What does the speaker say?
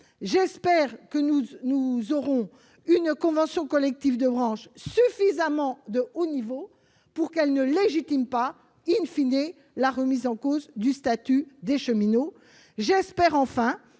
J'espère aussi que nous aurons une convention collective de branche de suffisamment haut niveau pour qu'elle ne légitime pas, la remise en cause du statut des cheminots. J'espère enfin